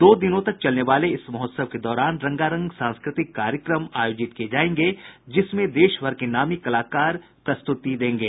दो दिनों तक चलने वाले इस महोत्सव के दौरान रंगारंग सांस्कृतिक कार्यक्रम आयोजित किये जायेंगे जिसमें देश भर के नामी कलाकार प्रस्तुति देंगे